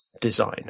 design